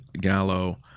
Gallo